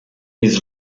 his